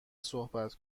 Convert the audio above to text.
صحبت